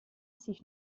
sich